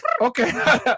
Okay